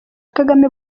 kagame